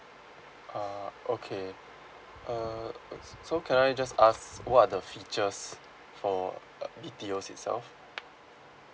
uh okay uh so so can I just ask what are the features for uh B_T_Os itself